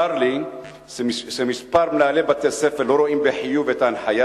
צר לי שכמה מנהלי בתי-ספר לא רואים בחיוב את ההנחיה